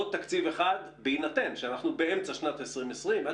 או תקצבי אחד בהינתן שאנחנו באמצע שנת 2020 ועד